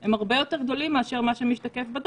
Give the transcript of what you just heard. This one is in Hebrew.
הם הרבה יותר גדולים מאשר מה שמשתקף בדוח,